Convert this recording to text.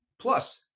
plus